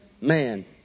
man